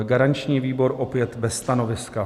Garanční výbor: opět bez stanoviska.